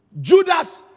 Judas